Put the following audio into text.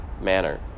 manner